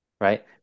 right